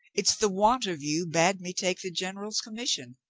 it's the want of you bade me take the general's commission.